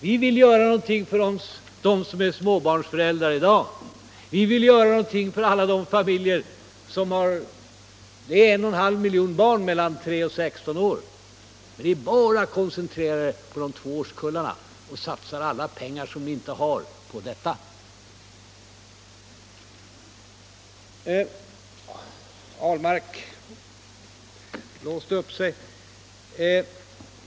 Vi vill göra någonting för dem som är småbarnsföräldrar i dag, vi vill göra någonting för alla de familjer som tillsammans har 11/2 miljon barn mellan 3 och 16 år. Men ni bara koncentrerar er på de två årskullarna och satsar alla pengar som ni inte har på dem. Herr Ahlmark blåste upp sig.